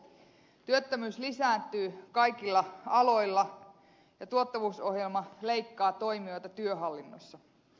työttömyys lisääntyy kaikilla aloilla ja tuottavuusohjelma leikkaa toimijoita työhallinnosta